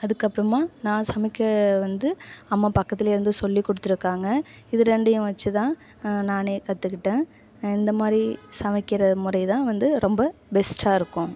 அதுக்கப்புறமா நான் சமைக்க வந்து அம்மா பக்கத்துலேயே இருந்து சொல்லிக்கொடுத்துருக்காங்க இது ரெண்டையும் வச்சுதான் நானே கற்றுக்கிட்டேன் இந்த மாதிரி சமைக்கிற முறைதான் வந்து ரொம்ப பெஸ்ட்டாக இருக்கும்